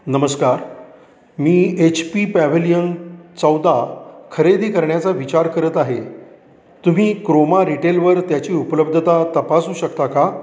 नमस्कार मी H P Pavilion चौदा खरेदी करण्याचा विचार करत आहे तुम्ही क्रोमा रिटेलवर त्याची उपलब्धता तपासू शकता का